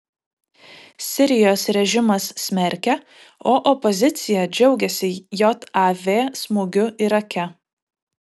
sirijos režimas smerkia o opozicija džiaugiasi jav smūgiu irake